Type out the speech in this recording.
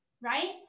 Right